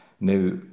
Now